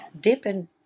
dipping